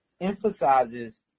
emphasizes